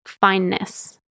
fineness